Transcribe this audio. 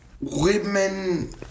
Women